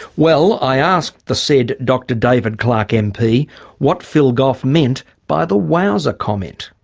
well i asked the said dr david clark mp what phil goff meant by the wowser comment?